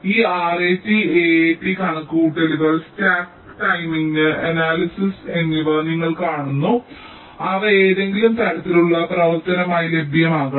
ഈ RAT AAT കണക്കുകൂട്ടൽ static timing analysis എന്നിവ നിങ്ങൾ കാണുന്നു അവ ഏതെങ്കിലും തരത്തിലുള്ള പ്രവർത്തനമായി ലഭ്യമാകണം